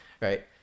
right